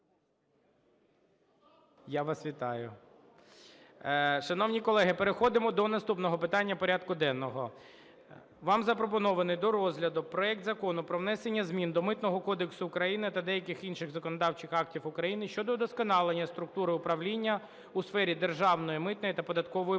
Я вас вітаю. Шановні колеги, переходимо до наступного питання порядку денного. Вам запропонований до розгляду проект Закону про внесення змін до Митного кодексу України та деяких інших законодавчих актів України щодо удосконалення структури управління у сфері державної митної та податкової політики